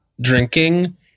drinking